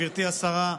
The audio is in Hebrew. גברתי השרה,